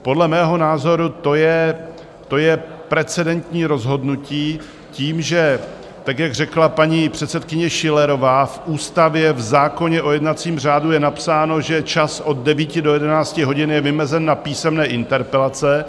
Podle mého názoru to je precedentní rozhodnutí tím, že jak řekla paní předsedkyně Schillerová, v ústavě, v zákonu o jednacím řádu, je napsáno, že čas od 9 do 11 hodin je vymezen na písemné interpelace.